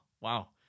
Wow